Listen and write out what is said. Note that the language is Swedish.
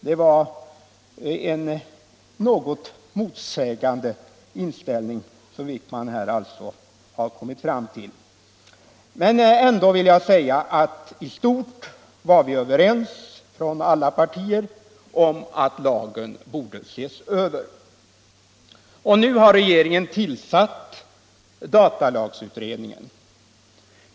Det var en något motsägande inställning som herr Wijkman alltså har kommit fram till. Men ändå vill jag säga att i stort var man från alla partier överens om att lagen borde ses över. Och nu har regeringen tillsatt datalagsutredningen.